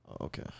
Okay